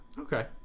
Okay